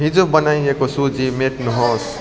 हिजो बनाइएको सूची मेट्नु होस्